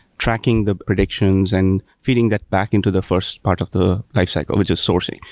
tracking the predictions and feeding that back into the first part of the lifecycle, which is sourcing,